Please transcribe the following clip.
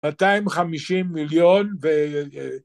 250 מיליון ו...